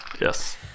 Yes